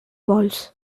walls